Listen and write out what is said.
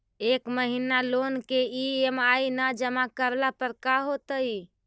एक महिना लोन के ई.एम.आई न जमा करला पर का होतइ?